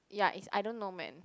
ya is I don't know man